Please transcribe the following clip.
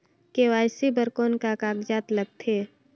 KYC बर कौन का कागजात लगथे?